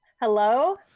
Hello